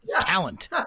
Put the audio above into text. talent